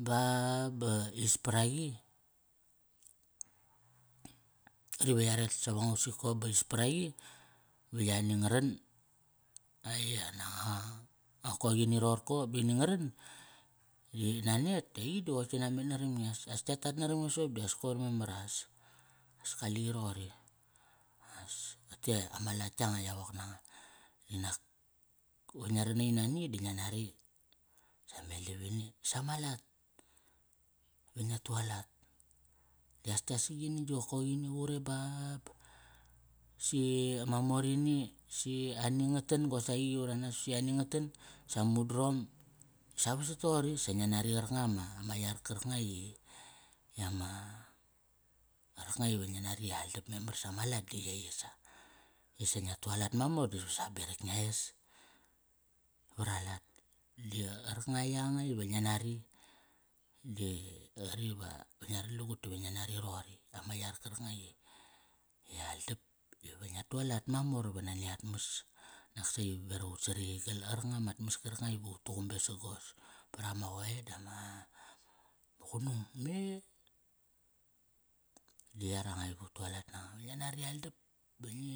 Ba, ba ispraqi, diva ya ret sava nga ausik ko ba ispraqi, va yani nga ran ai ananga qorkoqini roqorko ba ini nga ran. Di nanet di aiqi di qoi tki na met naram nge. Sias tka tat naram nge soqop di as koir memar as. As kaliqi roqori as ote ama lat yanga i ya wok nanga. Di nak va ngia ranaqi nani di nga nari sa meldavini. Sama lat i ngia tualat. Dia as gia sagini gi qokoqini, quew ba, ba, si ma mor ini, si ani nga tan qosaqi qi varanas, si ani nga tan. Sa udrom, sa vasat toqori sa ngia nari qarkanga ama, ma yar karkanga i, ama, qarkanga ive ngi nari aldap memar sama lat di yai sa. Isa ngia tualat memor di vesa berak ngia es, vara lat. Di qarkanga yanga iva nga nari di qari ngia rat lagut tiva nga nari roqori. Ama yar karkanga i, i aldap. Iva ngia tualat mamor iva nani at mas. Naksaqi va berak ut sariyigal. Qarkanga mat mas karkanga ive ut tuqum besagos. Parama qoe dama qunung me, di yaranga iva ut tualat nanga, va nga nari aldap ba ngi,